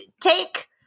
Take